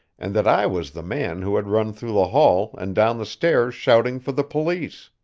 and that i was the man who had run through the hall and down the stairs shouting for the police.